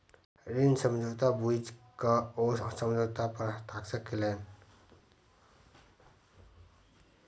ऋण समझौता बुइझ क ओ समझौता पर हस्ताक्षर केलैन